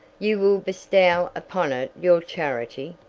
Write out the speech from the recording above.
you will bestow upon it your charity.